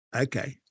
Okay